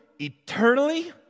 eternally